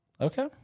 Okay